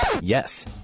Yes